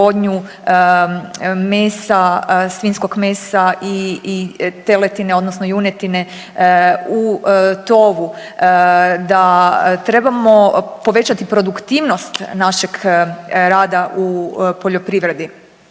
mesa, svinjskog mesa i teletine odnosno junetine u tovu, da trebamo povećati produktivnost našeg rada u poljoprivredi.